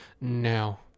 no